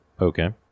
Okay